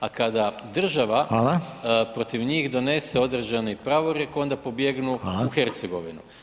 A kada država protiv njih donese određeni pravorijek onda pobjegnu u Hercegovinu.